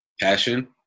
passion